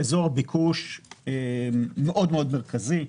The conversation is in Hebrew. אזור ביקוש מרכזי מאוד.